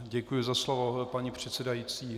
Děkuji za slovo, paní předsedající.